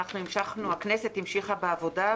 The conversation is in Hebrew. הכנסת המשיכה בעבודה,